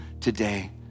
today